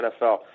NFL